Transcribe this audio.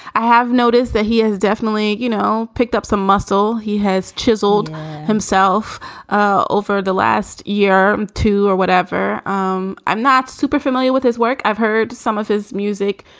i have noticed that he is definitely, you know, picked up some muscle. he has chiseled himself ah over the last year or two or whatever um i'm not super familiar with his work. i've heard some of his music